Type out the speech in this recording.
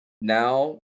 now